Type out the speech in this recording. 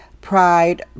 pride